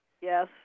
Yes